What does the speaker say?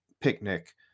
picnic